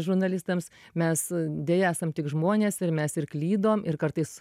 žurnalistams mes deja esam tik žmonės ir mes ir klydom ir kartais